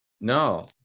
No